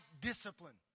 discipline